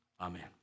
Amen